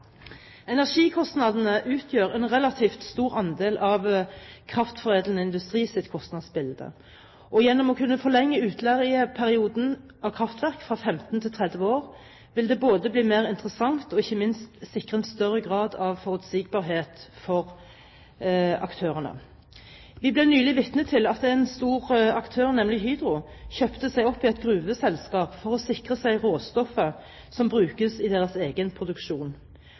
Energikostnadene utgjør en relativt stor andel av kraftforedlende industris kostnadsbilde, og gjennom å kunne forlenge utleieperioden av kraftverk fra 15 til 30 år vil det både bli mer interessant og ikke minst sikre en større grad av forutsigbarhet for aktørene. Vi ble nylig vitne til at en stor aktør, nemlig Hydro, kjøpte seg opp i et gruveselskap for å sikre seg råstoffet som brukes i deres egen produksjon.